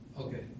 Okay